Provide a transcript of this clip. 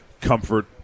comfort